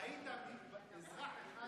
ראית אזרח אחד